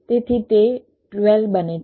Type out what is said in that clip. તેથી તે 12 બને છે